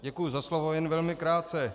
Děkuji za slovo, jen velmi krátce.